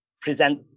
present